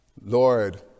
Lord